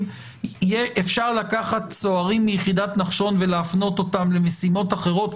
אפשר לקחת סוהרים מיחידת נחשון ולהפנות אותם למשימות אחרות?